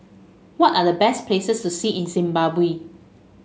what are the best places to see in Zimbabwe